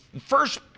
first